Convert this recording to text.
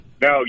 No